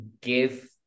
give